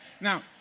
Now